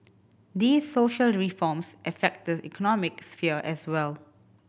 these social reforms affect the economic sphere as well